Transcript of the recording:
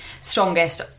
strongest